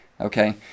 okay